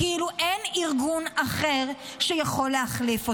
כאילו אין ארגון אחר שיכול להחליף אותו.